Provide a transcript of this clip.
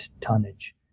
tonnage